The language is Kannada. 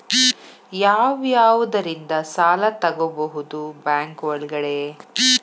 ಯಾವ್ಯಾವುದರಿಂದ ಸಾಲ ತಗೋಬಹುದು ಬ್ಯಾಂಕ್ ಒಳಗಡೆ?